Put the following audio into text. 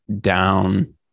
down